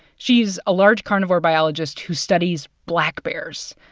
she's a large carnivore biologist who studies black bears.